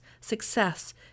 success